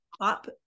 up